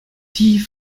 die